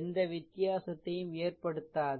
எந்த வித்தியாசத்தையும் ஏற்படுத்தாது